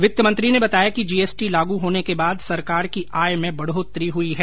वित्त मंत्री ने बताया कि जीएसटी लागू होने के बाद सरकार की आय में बढ़ोत्तरी हुई है